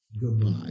goodbye